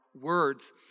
words